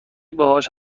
باهاش